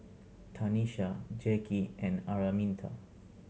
Tanisha Jackie and Araminta